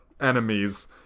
Enemies